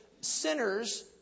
sinners